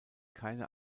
keine